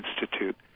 institute